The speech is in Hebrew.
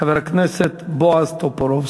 חבר הכנסת בועז טופורובסקי.